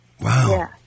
Wow